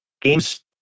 Games